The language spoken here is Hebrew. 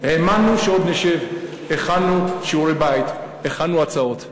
האמנו שעוד נשב, הכנו שיעורי-בית, הכנו הצעות.